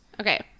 okay